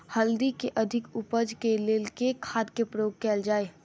हल्दी केँ अधिक उपज केँ लेल केँ खाद केँ प्रयोग कैल जाय?